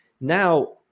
now